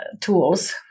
tools